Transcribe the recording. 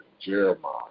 Jeremiah